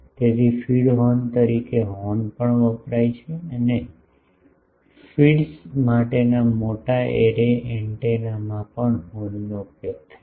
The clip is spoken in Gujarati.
તેથી ફીડ હોર્ન તરીકે હોર્ન પણ વપરાય છે અને ફીડ્સ માટેના મોટા એરે એન્ટેનામાં પણ હોર્નનો ઉપયોગ થાય છે